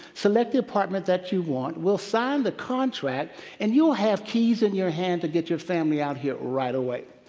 select the apartment that you want. we'll sign the contract and you'll have keys in your hand to get your family out here right away.